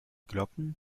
glocken